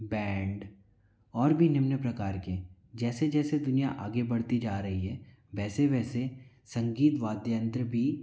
band और भी निम्न प्रकार के जैसे जैसे दुनिया आगे बढ़ती जा रही है वैसे वैसे संगीत वाद्य यंत्र भी